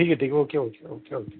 ठीक आहे ठीक आहे ओके ओके ओके